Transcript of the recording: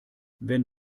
wenn